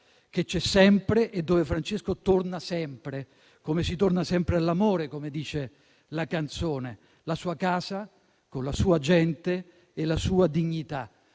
che c'è sempre e dove Francesco torna sempre, come si torna sempre all'amore, come dice la canzone; la sua casa, con la sua gente e la sua dignità.